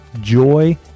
Joy